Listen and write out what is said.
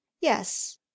yes